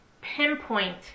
pinpoint